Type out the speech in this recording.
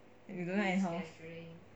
if you don't know anyhow